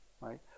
right